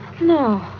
No